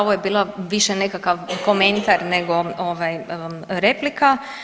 Ovo je bilo više nekakav komentar nego replika.